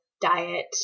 diet